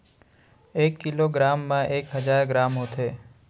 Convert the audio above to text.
एक kilogram मा एक हजार ग्राम होथे